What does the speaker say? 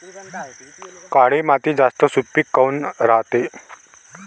काळी माती जास्त सुपीक काऊन रायते?